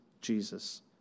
Jesus